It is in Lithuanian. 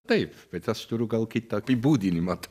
taip bet aš turiu gal kitą apibūdinimą tų